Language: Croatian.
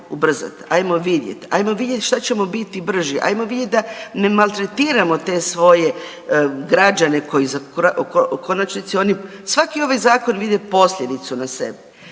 ajmo vidjeti šta ćemo biti brži, ajmo vidjet da ne maltretiramo te svoje građane, u konačnici svaki ovaj zakon ide posljedicu na sebe.